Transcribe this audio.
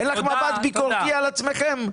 אין לך מבט ביקורתי על עצמכם?